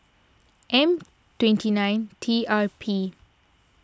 M twenty nine T R P